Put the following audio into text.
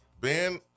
Ben